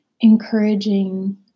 encouraging